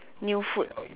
new food